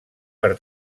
per